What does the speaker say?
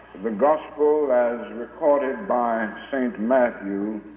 the gospel as recorded by saint matthew,